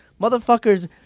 Motherfuckers